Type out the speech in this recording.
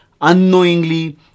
Unknowingly